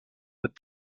with